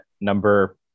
number